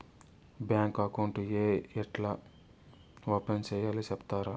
Bank account ఏ ఎట్లా open సేయాలి సెప్తారా?